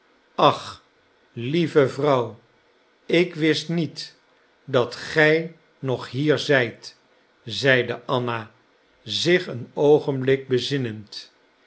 ach lieve vrouw ik wist niet dat gij nog hier zijt zeide anna zich een oogenblik bezinnend